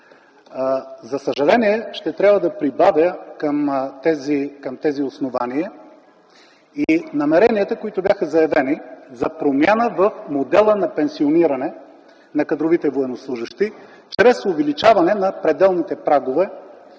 За съжаление ще трябва да прибавя към тези основания и намеренията, които бяха заявени, за промяна в модела на пенсиониране на кадровите военнослужещи чрез увеличаване на пределните прагове